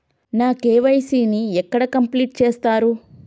నా కే.వై.సీ ని ఎక్కడ కంప్లీట్ చేస్తరు?